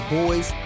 boys